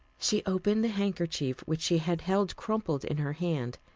she opened the handkerchief which she had held crumpled in her hand,